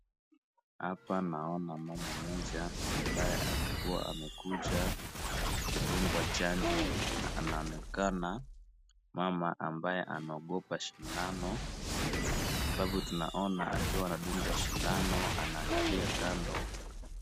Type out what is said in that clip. Hapa naona mama mmoja ambaye alikuwa amekuja kudungwa chanjo na anaonekana mama ambaye anaogopa sindano kwa sababu tunaona akiwa anadungwa sindano anaangalia kando.